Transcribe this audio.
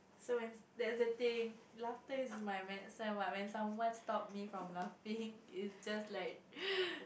so when that's the thing laughter is my medicine what when someone stop me from laughing is just like